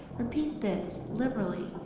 repeat this liberally.